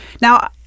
now